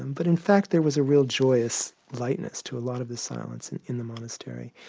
and but in fact there was a real joyous lightness to a lot of the silence and in the monastery.